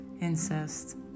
incest